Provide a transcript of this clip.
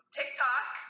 TikTok